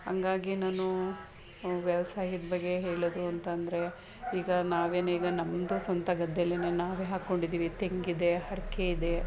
ಹಂಗಾಗಿ ನಾನು ವ್ಯವಸಾಯದ ಬಗ್ಗೆ ಹೇಳುವುದು ಅಂತ ಅಂದ್ರೆ ಈಗ ನಾವೇನು ಈಗ ನಮ್ಮದೇ ಸ್ವಂತ ಗದ್ದೆಯಲ್ಲಿಯೇ ನಾವೇ ಹಾಕೊಂಡಿದ್ದೀವಿ ತೆಂಗಿದೆ ಅಡ್ಕೆ ಇದೆ